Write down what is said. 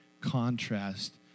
contrast